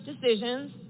decisions